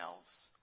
else